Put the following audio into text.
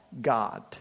God